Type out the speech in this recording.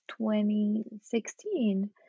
2016